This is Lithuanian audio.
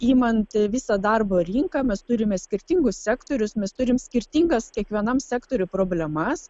imant visą darbo rinką mes turime skirtingus sektorius mes turim skirtingas kiekvienam sektoriui problemas